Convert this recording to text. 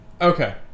okay